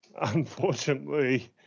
Unfortunately